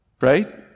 right